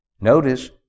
Notice